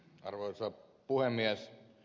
arvoisa puhemies